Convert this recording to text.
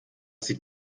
sie